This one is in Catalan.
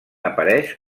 apareix